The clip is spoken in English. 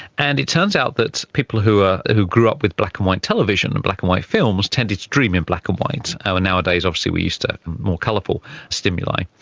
and it turns out that people who ah who grew up with black and white television and black and white films tended to dream in black and white. ah ah nowadays obviously we're used to more colourful stimuli.